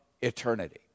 eternity